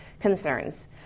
concerns